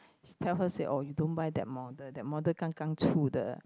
tell her say oh you don't buy that model that model 刚刚出的